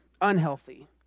unhealthy